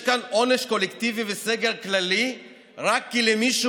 יש כאן עונש קולקטיבי וסגר כללי רק כי למישהו